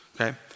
Okay